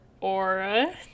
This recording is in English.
aura